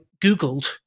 Googled